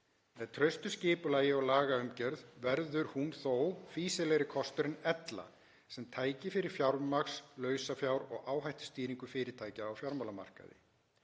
Með traustu skipulagi og lagaumgjörð verður hún þó fýsilegri kostur en ella, sem tæki fyrir fjármagns-, lausafjár- og áhættustýringu fyrirtækja á fjármálamarkaði.